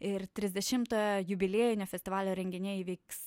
ir trisdešimtojo jubiliejinio festivalio renginiai vyks